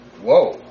Whoa